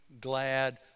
glad